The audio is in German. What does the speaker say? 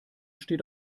steht